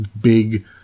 big